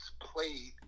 played